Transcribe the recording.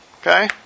Okay